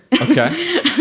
Okay